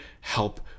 help